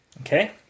Okay